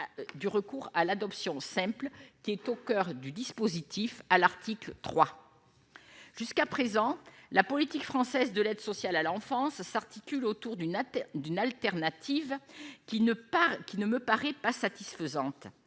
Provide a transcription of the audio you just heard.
du recours à l'adoption simple qui est au coeur du dispositif à l'article 3 jusqu'à présent, la politique française de l'aide sociale à l'enfance s'articule autour d'une attaque d'une alternative qui ne pas qui ne me paraît pas satisfaisante